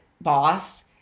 boss